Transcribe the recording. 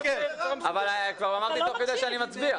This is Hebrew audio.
אבל כבר אמרתי תוך כדי שאני מצביע.